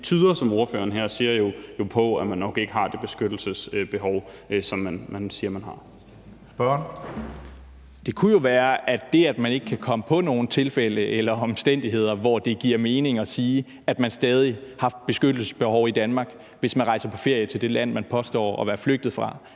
man siger at man har. Kl. 16:37 Tredje næstformand (Karsten Hønge): Spørgeren. Kl. 16:38 Mikkel Bjørn (DF): Det kunne jo være, at ordføreren ikke kan komme på nogen tilfælde eller omstændigheder, hvor det giver mening at sige, at man stadig har et beskyttelsesbehov i Danmark, hvis man rejser på ferie til det land, man påstår at være flygtet fra,